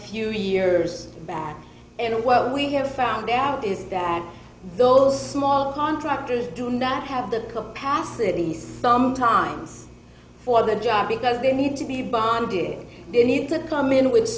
few years back and well we have found out is that those small contractors do not have the capacity sometimes for the job because they need to be bonded they need to come in with